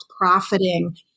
profiting